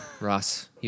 Ross